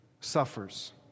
suffers